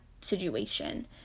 situation